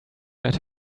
let